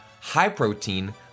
high-protein